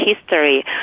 history